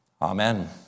Amen